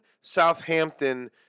Southampton